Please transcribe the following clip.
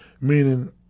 meaning